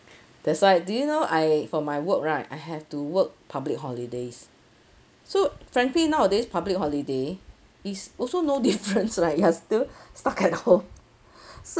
that's why did you know I for my work right I have to work public holidays so frankly nowadays public holiday is also no difference right you are still stuck at home so